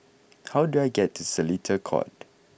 how do I get to Seletar Court